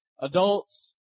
Adults